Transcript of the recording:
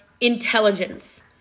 intelligence